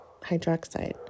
hydroxide